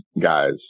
guys